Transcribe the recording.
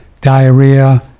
diarrhea